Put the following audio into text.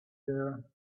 there